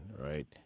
right